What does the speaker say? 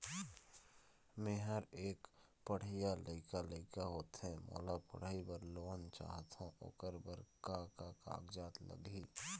मेहर एक पढ़इया लइका लइका होथे मोला पढ़ई बर लोन चाहथों ओकर बर का का कागज लगही?